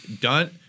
Done